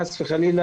חס וחלילה,